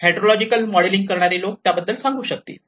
hydrological modelling करणारे लोक त्याबद्दल सांगू शकतील